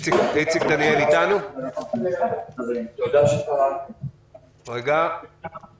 איציק דניאל, רכז תעסוקה באגף תקציבים.